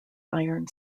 iron